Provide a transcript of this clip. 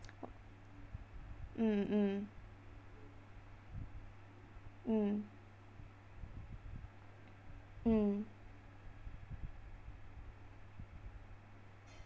mm mm mm mm